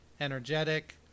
energetic